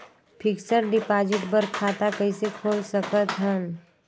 Fixed deposit बर खाता कइसे खोल सकत हन?